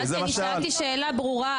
אני שאלתי שאלה ברורה,